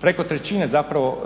preko trećine zapravo